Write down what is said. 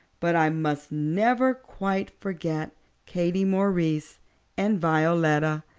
but i must never quite forget katie maurice and violetta.